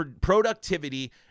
productivity